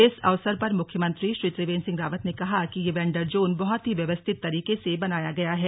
इस अवसर पर मुख्यमंत्री श्री त्रिवेन्द्र सिंह रावत ने कहा कि यह वेंडर जोन बहत ही व्यवस्थित तरीके से बनाया गया है